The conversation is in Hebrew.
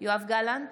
יואב גלנט,